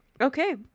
Okay